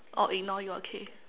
oh ignore you ah okay